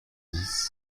dix